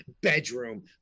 bedroom